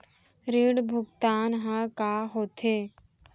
ऋण भुगतान ह का होथे?